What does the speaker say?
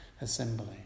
assembly